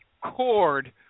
Cord